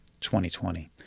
2020